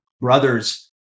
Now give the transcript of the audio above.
brothers